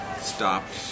stopped